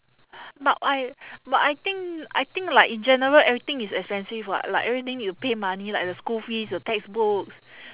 but I but I think I think like in general everything is expensive [what] like everything need to pay money like the school fees the textbooks